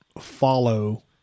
follow